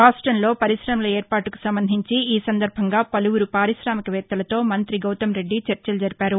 రాష్ట్రంలో పరిశమల ఏర్పాటుకు సంబంధించి ఈ సందర్భంగా పలువురు పార్కాశామి వేత్తలతో మంగ్రి గౌతమ్రెడ్డి చర్చలు జరిపారు